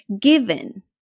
given